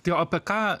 tai o apie ką